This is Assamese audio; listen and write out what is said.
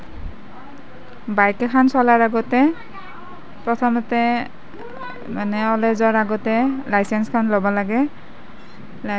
বাইক এখন চলোৱাৰ আগতে প্ৰথমতে মানে ওলাই যোৱাৰ আগতে লাইচেন্সখন ল'ব লাগে